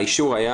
האישור היה,